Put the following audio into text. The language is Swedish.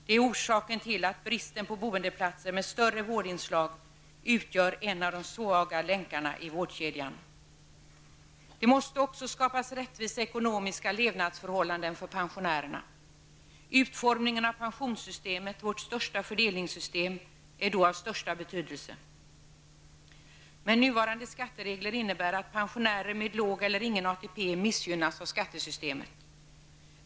Det är orsaken till att brister på boendeplatser med större vårdinslag utgör en av de svaga länkarna i vårdkedjan. Det måste också skapas rättvisa ekonomiska levnadsförhållanden för pensionärerna. Utformningen av pensionssystemet -- vårt största fördelningssystem -- är då av största betydelse. Nuvarande skatteregler innebär att pensionärer med låg eller ingen ATP missgynnas av skattesystemet.